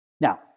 Now